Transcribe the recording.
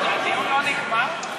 הדיון לא נגמר?